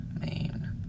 main